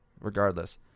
regardless